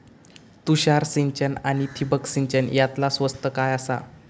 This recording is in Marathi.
तुषार सिंचन आनी ठिबक सिंचन यातला स्वस्त काय आसा?